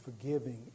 forgiving